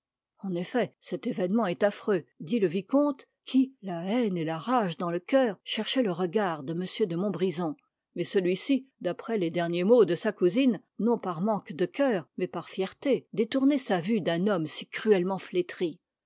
en effet cet événement est affreux dit le vicomte qui la haine et la rage dans le coeur cherchait le regard de m de montbrison mais celui-ci d'après les derniers mots de sa cousine non par manque de coeur mais par fierté détournait sa vue d'un homme si cruellement flétri